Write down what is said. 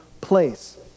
place